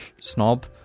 snob